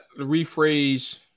rephrase